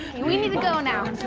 and we need to go now.